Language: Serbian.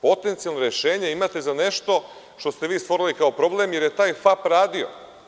Potencijalno rešenje imate za nešto što ste vi stvorili kao problem, jer je taj FAP radio.